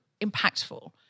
impactful